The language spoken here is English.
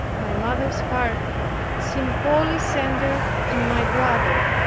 my mother's heart seemed wholly centered in my brother.